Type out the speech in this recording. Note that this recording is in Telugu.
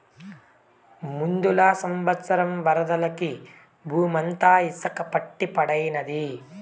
ముందల సంవత్సరం వరదలకి బూమంతా ఇసక పట్టి పాడైనాది